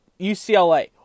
UCLA